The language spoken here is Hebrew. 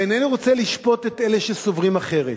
ואינני רוצה לשפוט את אלה שסוברים אחרת.